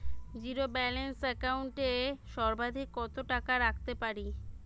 Zero balance account এ সর্বাধিক কত টাকা রাখতে পারি?